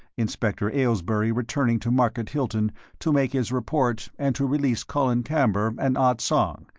inspector aylesbury returning to market hilton to make his report and to release colin camber and ah tsong,